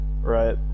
right